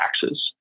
taxes